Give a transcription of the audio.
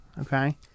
okay